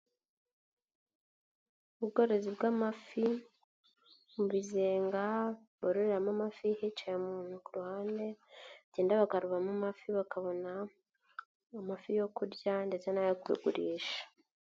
Ubworozi bw'amafi mu bizenga baroramo amafi hicaye umuntu ku ruhande, bagenda bakarobamo amafi bakabona amafi yo kurya ndetse n'ayo kugurisha.